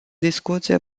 discuție